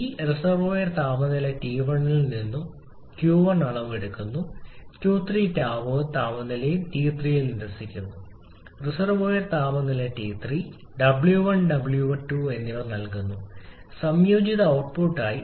ഇത് റിസർവോയർ താപനില T1 ൽ നിന്നും Q1 അളവ് എടുക്കുന്നു Q3 താപവും താപനിലയും T3 നിരസിക്കുന്നു റിസർവോയർ താപനില T3 W1 W2 എന്നിവ നൽകുന്നു സംയോജിത ഔട്ട്പുട്ടായി